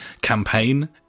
campaign